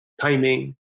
timing